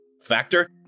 factor